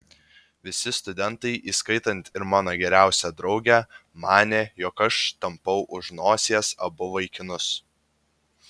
visi studentai įskaitant ir mano geriausią draugę manė jog aš tampau už nosies abu vaikinus